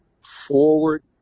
forward